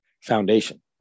foundation